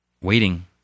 waiting